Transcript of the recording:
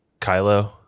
Kylo